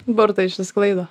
burtai išsisklaido